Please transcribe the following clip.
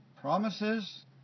Promises